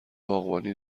باغبانی